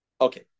Okay